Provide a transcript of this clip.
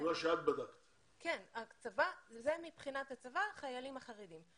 אלה מבחינת הצבא החיילים החרדים.